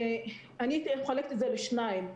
אחלק את זה לשניים,